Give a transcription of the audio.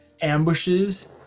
ambushes